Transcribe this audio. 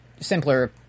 simpler